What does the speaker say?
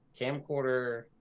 camcorder